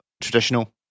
traditional